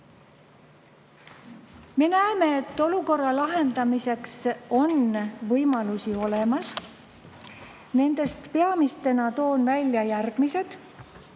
näeme, et olukorra lahendamiseks on võimalusi olemas. Nendest peamistena toon välja järgmised.